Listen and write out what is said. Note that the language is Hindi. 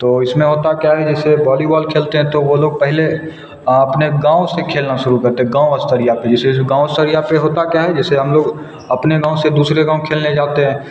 तो इसमें होता क्या है जैसे बॉलीबॉल खेलते हैं तो वह लोग पहले अपने गाँव से खेलना शुरू करते गाँव स्तरीय पर जैसे जो गाँव स्तर पर होता क्या है जैसे हम लोग अपने गाँव से दूसरे गाँव खेलने जाते हैं